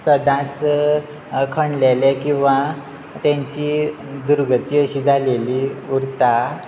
सदांच खणलेले किंवां तेंची दुर्गती अशी जालेली उरता